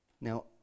Now